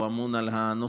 שאמון על הנושא,